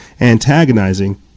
antagonizing